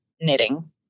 knitting